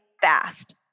fast